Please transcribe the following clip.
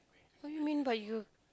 what you mean by you